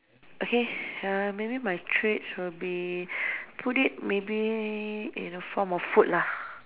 okay uh maybe my traits will be put it maybe in a form of food lah